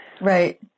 Right